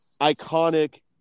iconic